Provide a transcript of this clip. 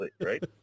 right